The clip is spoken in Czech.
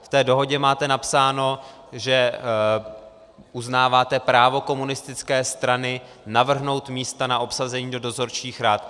V té dohodě máte napsáno, že uznáváte právo komunistické strany navrhnout místa na obsazení do dozorčích rad.